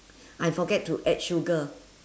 I forget to add sugar